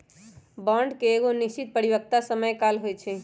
bond के एगो निश्चित परिपक्वता समय काल होइ छइ